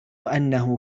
أنه